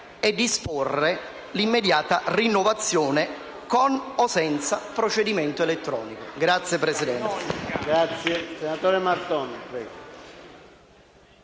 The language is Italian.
e disporne l'immediata rinnovazione, con o senza procedimento elettronico». Grazie, signor Presidente.